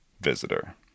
visitor